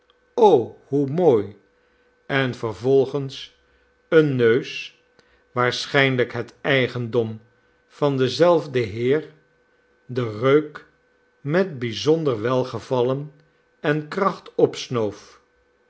o hoe mooi en vervolgens een neus waarschijnlijk het eigendom van denzelfden heer den reuk met bijzonder welgevallen en kracht opsnoof